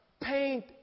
paint